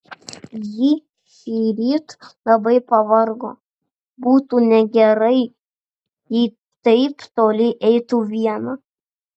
ji šįryt labai pavargo būtų negerai jei taip toli eitų viena